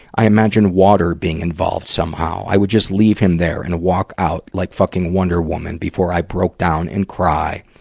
i imagine water being involved somehow. i would just leave him there and walk out like fucking wonder woman, before i broke down and cry.